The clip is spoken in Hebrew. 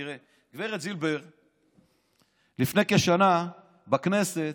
תראה, לפני כשנה בכנסת,